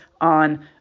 on